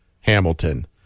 Hamilton